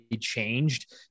changed